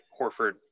Horford